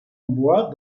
bois